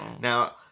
Now